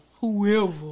Whoever